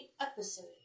Episode